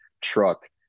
truck